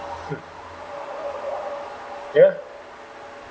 hmm ya